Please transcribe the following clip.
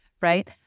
right